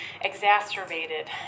exacerbated